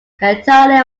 entirely